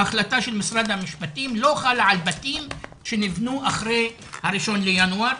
ההחלטה של משרד המשפטים לא חלה על בתים שניבנו אחרי ה-1 לינואר.